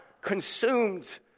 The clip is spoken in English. consumed